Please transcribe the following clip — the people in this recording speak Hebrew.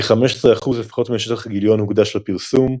כ-15% לפחות משטח הגיליון הוקדש לפרסום.